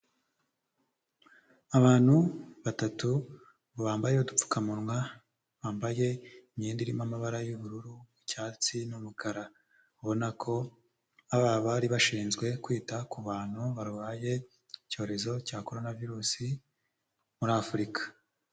Abantu batatu bambaye udupfukamunwa, bambaye imyenda irimo amabara y'ubururu, icyatsi n'umukara, ubona ko ari abari bashinzwe kwita ku bantu barwaye icyorezo cya Korona virusi muri Afurika.